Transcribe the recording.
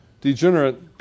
degenerate